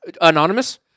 Anonymous